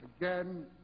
Again